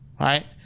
right